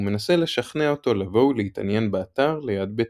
ומנסה לשכנע אותו לבוא ולהתעניין באתר ליד ביתו.